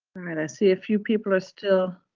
and i see a few people are still